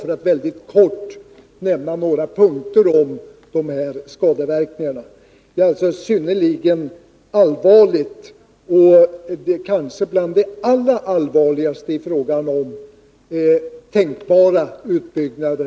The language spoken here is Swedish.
Det är alltså synnerligen allvarliga skadeverkningar, och att ge sig på Kalixälven vore kanske det allra sämsta alternativet när det gäller tänkbara utbyggnader.